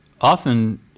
often